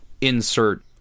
insert